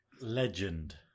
Legend